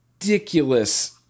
ridiculous